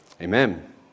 Amen